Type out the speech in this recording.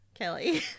Kelly